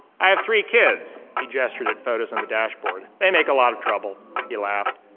i have three kids! he gestured at photos on the dashboard. they make a lot of trouble, he laughed.